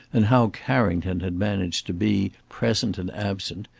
and how carrington had managed to be present and absent,